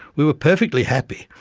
we were perfectly happy,